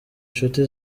nshuti